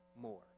more